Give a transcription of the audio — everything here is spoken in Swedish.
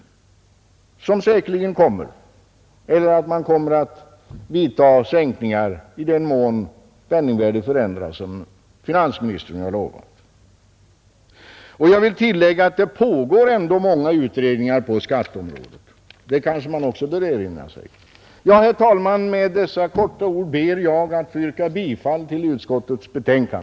En sådan kommer säkerligen att göras, såvida man inte som finansministern har lovat genomför sänkningar i takt med att penningvärdet förändras. Jag vill tillägga att det ändå pågår många utredningar på skatteområdet. Det kanske man också bör erinra sig. Ja, herr talman, med dessa få ord ber jag att få yrka bifall till utskottets hemställan.